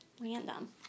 random